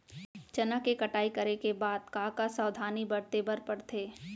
चना के कटाई करे के बाद का का सावधानी बरते बर परथे?